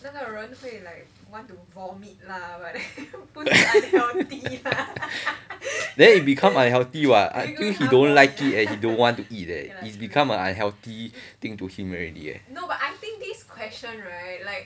then it become unhealthy what until he don't like it he don't want to eat eh is become a unhealthy thing to him already eh